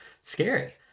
scary